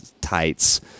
tights